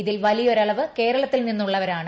ഇതിൽ വലിയൊരളവ് കേരളത്തിൽ നിന്നുള്ളവരാണ്